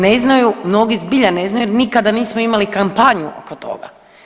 Ne znaju, mnogi zbilja ne znaju jer nikada nismo imali kampanju oko toga.